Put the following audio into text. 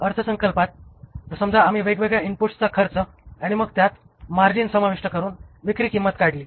अर्थसंकल्पात समजा आम्ही वेगवेगळ्या इनपुट्सचा खर्च आणि मग त्यात मार्जिन समाविष्ट करून विक्री किंमत काढली